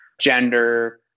gender